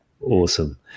awesome